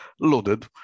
loaded